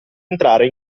entrare